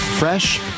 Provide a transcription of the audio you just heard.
fresh